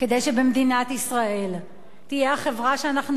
כדי שבמדינת ישראל תהיה החברה שאנחנו